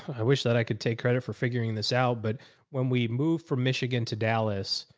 i wish that i could take credit for figuring this out. but when we moved from michigan to dallas,